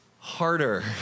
Harder